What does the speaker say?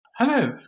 Hello